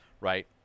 Right